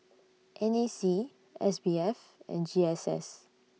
N A C S B F and G S S